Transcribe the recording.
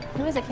who is it,